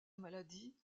maladie